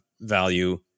value